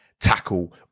tackle